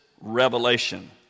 revelation